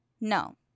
no